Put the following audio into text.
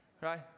Right